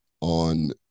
on